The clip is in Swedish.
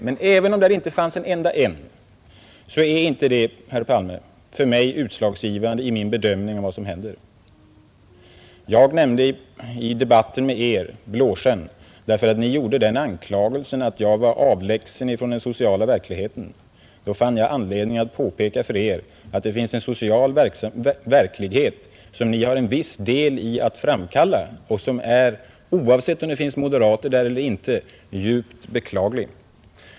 Men även om där inte finns en enda, så är inte det utslagsgivande för min bedömning av vad som händer, herr Palme! Jag nämnde Blåsjön i debatten med Er därför att Ni gjorde den anklagelsen att jag var avlägsen från den sociala verkligheten. Då fann jag anledning påpeka för Er att det finns en social verklighet som Ni haft en viss del i att framkalla och som, oavsett om det finns moderater där eller inte, är djupt beklaglig.